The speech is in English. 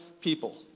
people